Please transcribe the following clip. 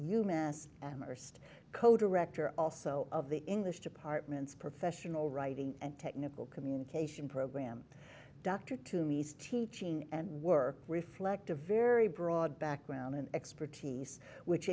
u mass amherst co director also of the english departments professional writing and technical communication program dr tunis teaching and work reflect a very broad background in expertise which